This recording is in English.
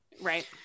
Right